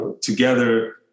together